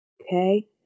Okay